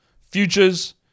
futures